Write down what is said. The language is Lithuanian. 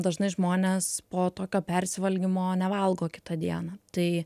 dažnai žmonės po tokio persivalgymo nevalgo kitą dieną tai